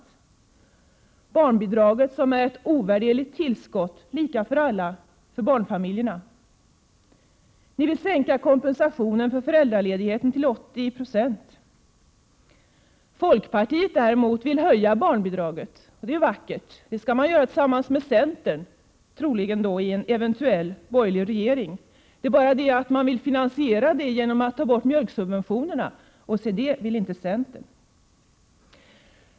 Men barnbidraget är ju ett ovärderligt tillskott för barnfamiljerna och betalas ut lika för alla. Ni vill minska kompensationen för föräldraledigheten till 80 26. Folkpartiet däremot vill höja barnbidraget, och det är vackert. Det skall man göra tillsammans med centern i en eventuell borgerlig regering. Man vill finansiera en höjning av barnbidraget genom att ta bort mjölksubventionerna. Men se det vill inte centern!